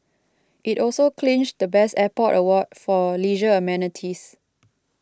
it also clinched the best airport award for leisure amenities